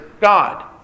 God